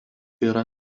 yra